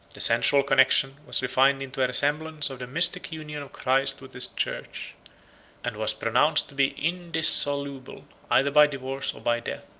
the sensual connection was refined into a resemblance of the mystic union of christ with his church and was pronounced to be indissoluble either by divorce or by death.